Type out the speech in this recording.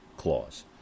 clause